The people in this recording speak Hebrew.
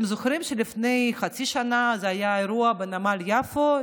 אתם זוכרים שלפני חצי שנה היה אירוע בנמל יפו,